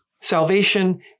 Salvation